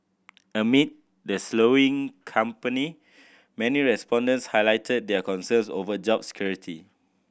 amid the slowing company many respondents highlighted their concerns over job security